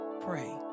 pray